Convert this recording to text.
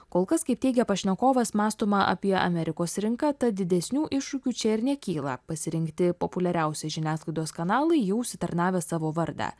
kol kas kaip teigia pašnekovas mąstoma apie amerikos rinką tad didesnių iššūkių čia ir nekyla pasirinkti populiariausi žiniasklaidos kanalai jau užsitarnavę savo vardą